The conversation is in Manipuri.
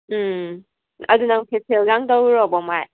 ꯎꯝ ꯑꯗꯨ ꯅꯪ ꯐꯦꯁꯦꯜ ꯂꯥꯡ ꯇꯧꯔꯨꯔꯕꯣ ꯃꯥꯏ